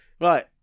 right